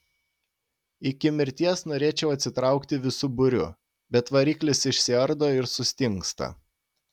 iki mirties norėčiau atsitraukti visu būriu bet variklis išsiardo ir sustingsta